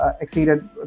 exceeded